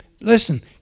Listen